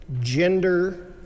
gender